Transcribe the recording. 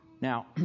Now